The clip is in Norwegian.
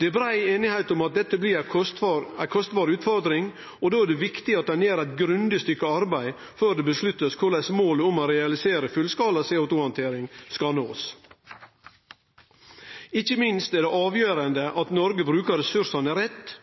Det er brei einigheit om at dette blir ei kostbar utfordring, og då er det viktig at ein gjer eit grundig stykke arbeid før ein avgjer korleis målet om å realisere fullskala CO2-handtering skal nåast. Ikkje minst er det avgjerande at Noreg brukar ressursane rett,